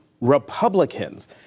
Republicans